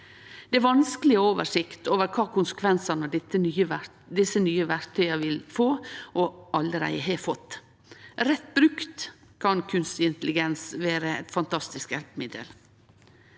Det er vanskeleg å ha oversikt over kva konsekvensar desse nye verktøya vil få og allereie har fått. Rett brukt kan kunstig intelligens vere eit fantastisk hjelpemiddel.